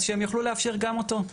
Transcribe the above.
אז שהם יוכלו לאפשר גם אותו.